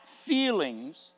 feelings